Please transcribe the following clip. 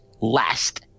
last